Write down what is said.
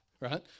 right